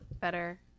better